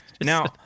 Now